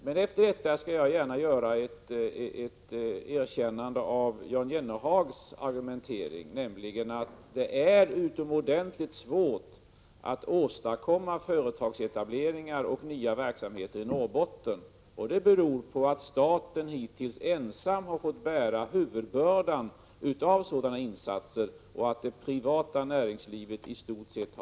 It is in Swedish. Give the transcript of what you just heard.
Men efter detta skall jag gärna ge ett erkännande åt Jan Jennehag för hans argumentering, att det är utomordentligt svårt att åstadkomma företagseta